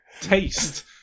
taste